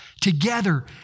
together